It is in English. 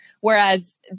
whereas